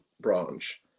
branch